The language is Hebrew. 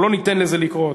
אנחנו לא ניתן לזה לקרות.